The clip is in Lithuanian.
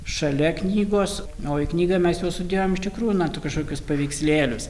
šalia knygos naują knygą mes jau sudėjom iš tikrųjų na tokius kažkokius paveikslėlius